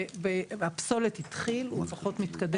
ונושא הפסולת התחיל הוא פחות מתקדם.